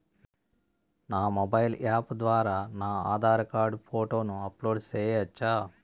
నా mobile app ద్వారా నా ఆధార్ కార్డు ఫోటోను అప్లోడ్ సేయొచ్చా?